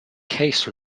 case